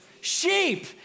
Sheep